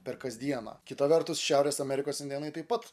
per kasdieną kita vertus šiaurės amerikos indėnai taip pat